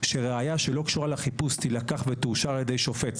שראיה שלא קשורה לחיפוש תילקח ותאושר על ידי שופט,